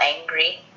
angry